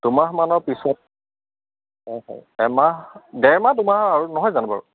দুমাহমানৰ পিছত অঁ হয় এমাহ ডেৰ মাহ দুমাহ আৰু নহয় জানো বাৰু